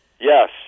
Yes